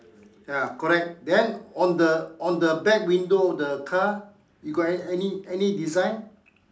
ya correct then on the on the back window the car you got any any design